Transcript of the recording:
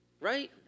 Right